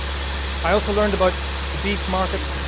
i also learned about the beef market.